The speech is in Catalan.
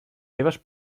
seves